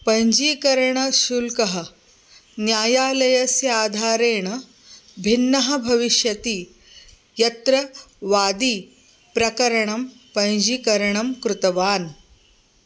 पञ्जीकरणशुल्कः न्यायालयस्य आधारेण भिन्नः भविष्यति यत्र वादिप्रकरणं पञ्जीकरणं कृतवान्